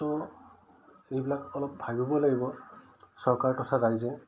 চ' এইবিলাক অলপ ভাবিব লাগিব চৰকাৰ তথা ৰাইজে